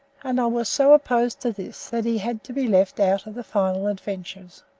and i was so opposed to this that he had to be left out of the final adventures.